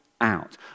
Out